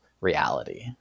reality